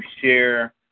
share